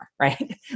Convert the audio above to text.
right